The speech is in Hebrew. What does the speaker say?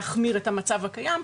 להחמיר את המצב הקיים,